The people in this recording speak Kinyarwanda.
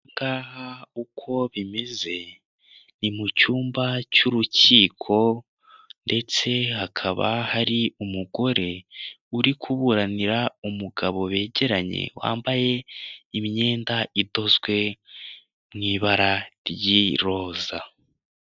Ngaha uko bimeze, ni mu cyumba cy'urukiko, ndetse hakaba hari umugore, uri kuburanira umugabo begeranye, wambaye imyenda idozwew mu ibara ry'iroza.